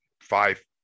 five